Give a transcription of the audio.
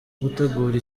gutegura